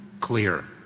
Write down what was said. clear